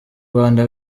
rwanda